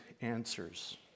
answers